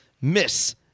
Miss